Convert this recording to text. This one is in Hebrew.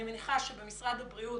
אני מניחה שממשרד הבריאות